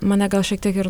mane gal šiek tiek ir